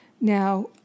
Now